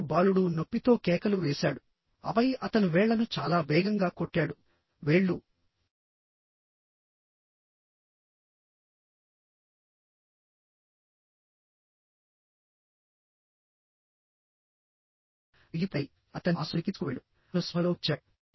ఇప్పుడు బాలుడు నొప్పితో కేకలు వేశాడు ఆపై అతను వేళ్ళను చాలా వేగంగా కొట్టాడు వేళ్లు నలిగిపోయాయి అతన్ని ఆసుపత్రికి తీసుకువెళ్ళాడు అతను స్పృహలోకి వచ్చాడు